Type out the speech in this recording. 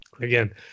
Again